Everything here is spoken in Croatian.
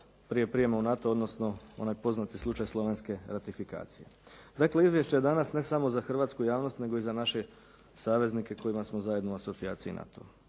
prije prijema u NATO, odnosno onaj poznati slučaj slovenske ratifikacije. Dakle, izvješće je danas ne samo za hrvatsku javnost, nego i za naše saveznike kojima smo zajedno u asocijaciji NATO.